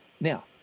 Now